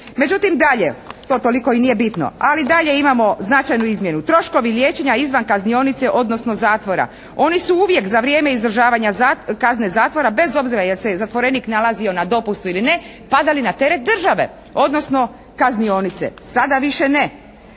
Međutim, dalje. To toliko i nije bitno. Ali dalje imamo značajnu izmjenu. Troškovi liječenja izvan kaznionice, odnosno zatvora. Oni su uvijek za vrijeme izdržavanja kazne zatvora bez obzira jel se je zatvorenik nalazio na dopustu ili ne padali na teret države, odnosno kaznionice. Sada više ne.